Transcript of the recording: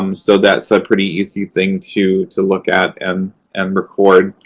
um so that's a pretty easy thing to to look at and and record.